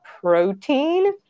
protein